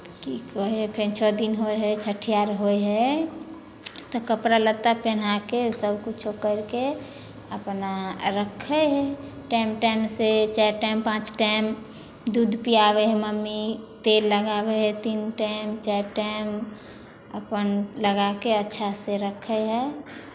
की कहै हइ फेर छओ दिन होइ हइ छठिआर होइ हइ तऽ कपड़ा लत्ता पहिरा कऽ सभकिछौ करि कऽ अपना रखै हइ टाइम टाइमसँ चारि टाइम पाँच टाइम दूध पियाबै हइ मम्मी तेल लगाबै हइ तीन टाइम चारि टाइम अपन लगा कऽ अच्छासँ रखै हइ